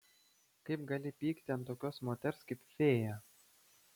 kaip gali pykti ant tokios moters kaip fėja